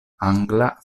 angla